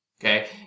Okay